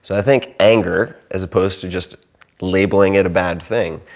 i think anger, as opposed to just labeling it a bad thing,